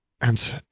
And